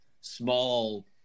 small